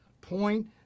point